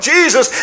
Jesus